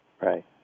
Right